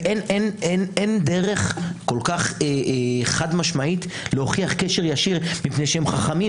ואין דרך כה חד משמעית להוכיח קשר ישיר כי הם חכמים,